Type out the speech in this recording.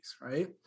right